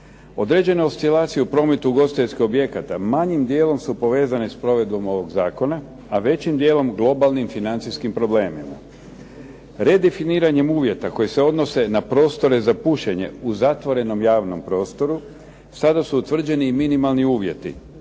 Određene oscilacije u prometu ugostiteljskih objekata manjim dijelom su povezane s provedbom ovog zakona, a većim dijelom globalnim financijskim problemima. Redefiniranjem uvjeta koji se odnose na prostore za pušenje u zatvorenom javnom prostoru, sada su utvrđeni i minimalni uvjeti,